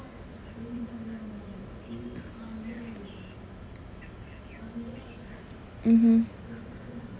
mmhmm